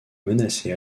menacé